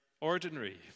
ordinary